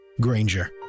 Granger